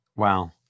Wow